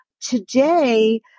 today